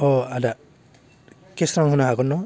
अह आदा केस रां होनो हागोन न